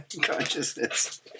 consciousness